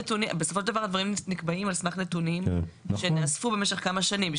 בסופו של דבר הדברים נקבעים על סמך נתונים שנאספו במשך כמה שנים.